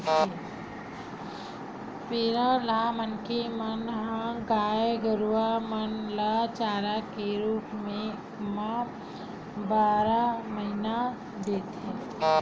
पेरा ल मनखे मन ह गाय गरुवा मन ल चारा के रुप म बारह महिना देथे